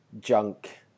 junk